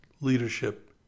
leadership